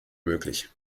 möglich